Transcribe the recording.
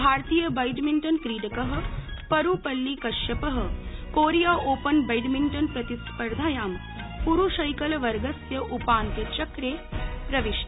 भारतीय बैडमिण्टनक्रीडक Parupalli Kashyap Korea open badminton प्रतिस्पर्धायां पुरूषैकलवर्गस्य उपान्त्यचक्रे प्रविष्ट